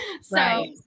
So-